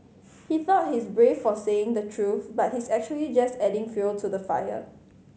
he thought he's brave for saying the truth but he's actually just adding fuel to the fire